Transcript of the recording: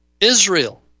Israel